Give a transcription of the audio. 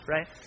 Right